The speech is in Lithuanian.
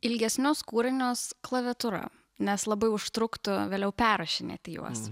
ilgesnius kūrinius klaviatūra nes labai užtruktų vėliau perrašinėti juos